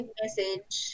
message